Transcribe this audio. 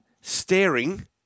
staring